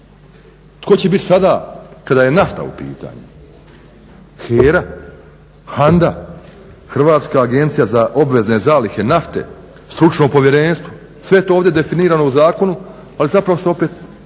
Tko će bit sada kada je nafta u pitanju? HERA, HANDA, Hrvatska agencija za obvezne zalihe nafte, stručno povjerenstvo? Sve je to ovdje definirano u zakonu, ali zapravo se opet neće